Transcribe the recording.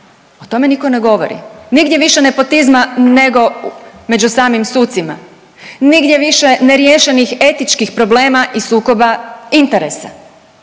O tome niko ne govori, nigdje više nepotizma nego među samim sucima, nigdje više neriješenih etičkih problema i sukoba interesa,